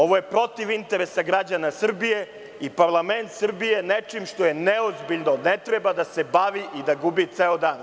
Ovo je protiv interesa građana Srbije i parlament Srbije nečim što je neozbiljno ne treba da se bavi i da gubi ceo dan.